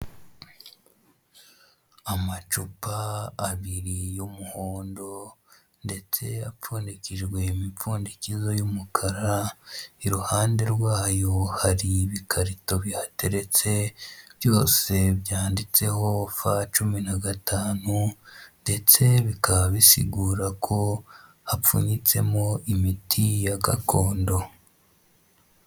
Amacupa abiri y'umuhondo ndetse apfundikijwe imipfundikizo y'umukara, iruhande rwayo hari ibikarito bihateretse, byose byanditseho fa cumi na gatanu ndetse bikaba bisigura ko hapfunyikemo imiti ya gakondo.